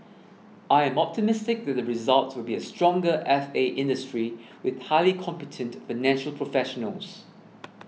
I am optimistic that the results will be a stronger F A industry with highly competent financial professionals